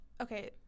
Okay